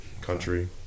country